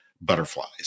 butterflies